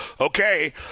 Okay